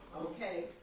okay